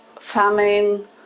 famine